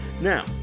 Now